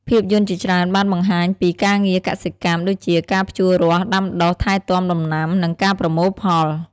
ភាពយន្តជាច្រើនបានបង្ហាញពី ការងារកសិកម្ម ដូចជាការភ្ជួររាស់ ដាំដុះ ថែទាំដំណាំ និងការប្រមូលផល។